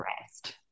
rest